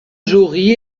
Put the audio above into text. jory